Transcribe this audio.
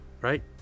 right